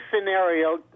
scenario